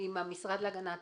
עם המשרד להגנת